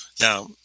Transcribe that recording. Now